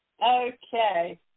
Okay